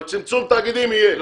אבל צמצום תאגידים יהיה,